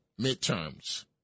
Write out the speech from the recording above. midterms